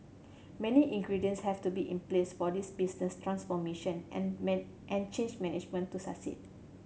many ingredients have to be in place for this business transformation and man and change management to succeed